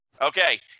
Okay